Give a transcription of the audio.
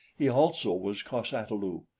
he also was cos-ata-lu,